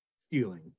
stealing